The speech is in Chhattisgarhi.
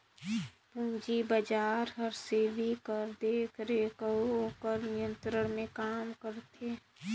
पूंजी बजार हर सेबी कर देखरेख अउ ओकर नियंत्रन में काम करथे